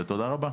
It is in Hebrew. ותודה רבה.